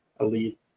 elite